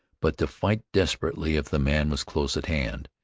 but to fight desperately if the man was close at hand.